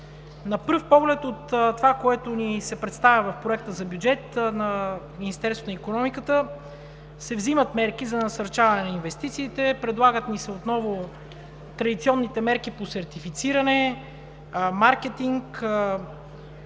На пръв поглед, от това, което ни се представя в Проекта за бюджет на Министерството на икономиката, се взимат мерки за насърчаване на инвестициите, предлагат ни се отново традиционните мерки по сертифициране, маркетинг,